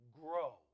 grow